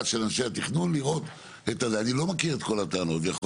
של אנשי התכנון לראות את ה אני לא מכיר את כל הטענות,